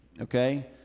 Okay